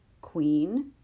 queen